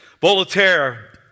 Voltaire